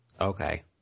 Okay